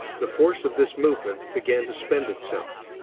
the force of this movement began to spend itself.